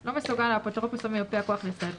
לא מסוגל האפוטרופוס או מיופה הכוח לספק סיוע,